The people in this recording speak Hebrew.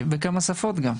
שפות,